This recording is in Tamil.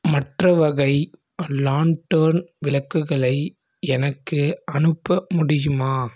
மற்ற வகை லான்டர்ன் விளக்குகளை எனக்கு அனுப்ப முடியுமா